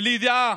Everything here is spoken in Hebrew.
ולידיעה,